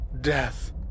death